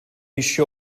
еще